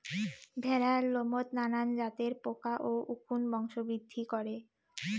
ভ্যাড়ার লোমত নানান জাতের পোকা বা উকুন বংশবৃদ্ধি করে